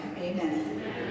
amen